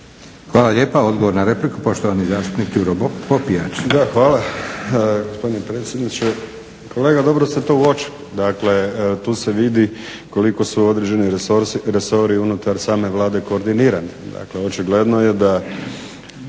Hvala lijepa. Odgovor na repliku poštovani zastupnik Đuro Popijač. **Popijač, Đuro (HDZ)** Da, hvala gospodine predsjedniče. Kolega dobro ste uočili. Dakle, tu se vidi koliko su određeni resori unutar same Vlade koordinirani. Dakle, očigledno je da